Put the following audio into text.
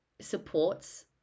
supports